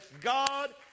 God